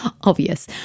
Obvious